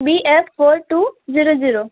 B S four two zero zero